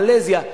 מלזיה,